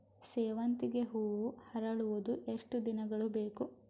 ಸೇವಂತಿಗೆ ಹೂವು ಅರಳುವುದು ಎಷ್ಟು ದಿನಗಳು ಬೇಕು?